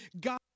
God